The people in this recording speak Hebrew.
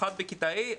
אחת בכיתה ה',